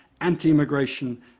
anti-immigration